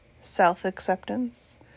Self-acceptance